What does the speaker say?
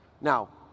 Now